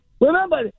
remember